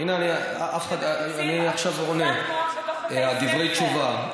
אני עכשיו עונה דברי תשובה.